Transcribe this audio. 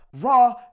Raw